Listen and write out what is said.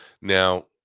Now